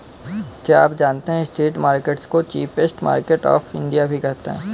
क्या आप जानते है स्ट्रीट मार्केट्स को चीपेस्ट मार्केट्स ऑफ इंडिया भी कहते है?